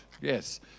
yes